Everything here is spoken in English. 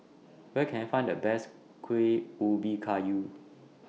Where Can I Find The Best Kueh Ubi Kayu